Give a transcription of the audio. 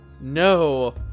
No